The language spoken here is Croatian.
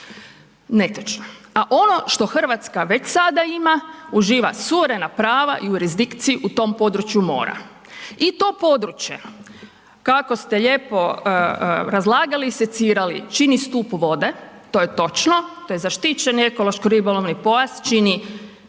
A ono što Hrvatska već sada ima uživa suverena prava jurisdikciji u tom području mora. I to područje kako ste lijepo razlagali i sicirali čini stup vode, to je točno, to je zaštićeni ekološko ribolovni pojas čini